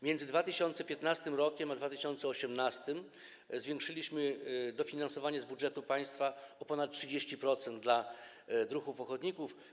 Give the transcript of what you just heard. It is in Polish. Między 2015 r. a 2018 r. zwiększyliśmy dofinansowanie z budżetu państwa o ponad 30% dla druhów ochotników.